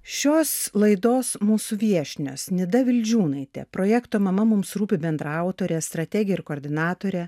šios laidos mūsų viešnios nida vildžiūnaitė projekto mama mums rūpi bendraautorė strategė ir koordinatorė